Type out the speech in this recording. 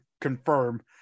confirm